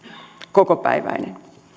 kokopäiväinen